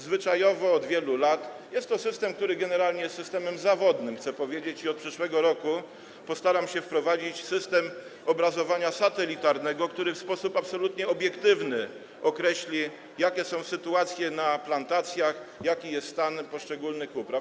Zwyczajowo od wielu lat jest to system, który generalnie jest systemem zawodnym - chcę powiedzieć - i od przyszłego roku postaram się wprowadzić system obrazowania satelitarnego, który w sposób absolutnie obiektywny określi, jakie są sytuacje na plantacjach, jaki jest stan poszczególnych upraw.